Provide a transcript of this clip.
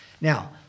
Now